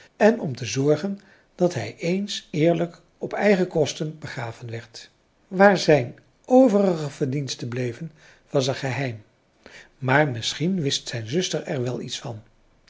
en om te zorgen dat hij eens eerlijk op eigen kosten begraven werd waar zijn overige verdiensten bleven was een geheim maar misschien wist zijn zuster er wel iets van